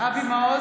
אבי מעוז,